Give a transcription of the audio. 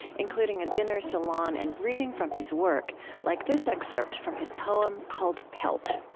including a dinner salon and reading from his work like this excerpt from his poem called pelt.